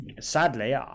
Sadly